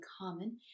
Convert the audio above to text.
common